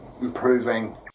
improving